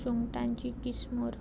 सुंगटांची किसमूर